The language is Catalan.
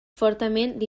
fortament